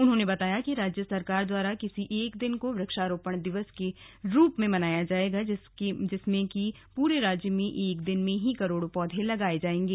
उन्होने बताया कि राज्य सरकार द्वारा किसी एक दिन को वृक्षारोपण दिवस के रूप में मनाया जाएगा जिसमें कि पूरे राज्य में एक दिन में ही करोड़ों पौधे लगाए जाएंगे